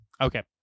Okay